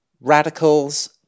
radicals